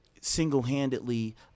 single-handedly